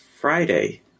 Friday